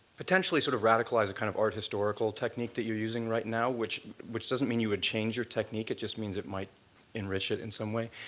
potentially sort of radicalize a kind of art historical technique that you're using right now, which which doesn't mean you would change your technique, it just means it might enrich it in some way.